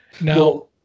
Now